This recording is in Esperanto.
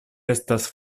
estas